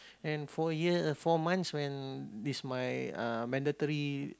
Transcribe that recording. and four year uh four months when is my uh mandatory